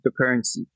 cryptocurrency